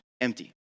empty